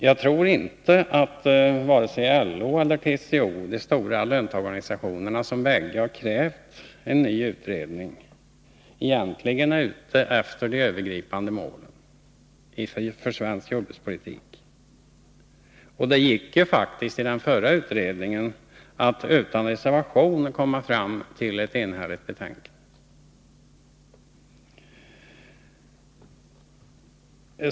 Jag tror inte att vare sig LO eller TCO — de stora löntagarorganisationerna, som bägge har krävt en ny utredning — egentligen är ute efter de övergripande målen för svensk jordbrukspolitik. Det gick ju faktiskt i den förra utredningen att utan reservation komma fram till ett enhälligt betänkande.